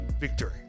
victory